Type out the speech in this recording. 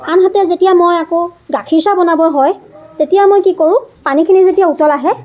আনহাতে যেতিয়া মই আকৌ গাখীৰ চাহ বনাব হয় তেতিয়া মই কি কৰোঁ পানীখিনি যেতিয়া উতল আহে